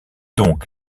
donc